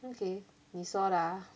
okay 你说的啊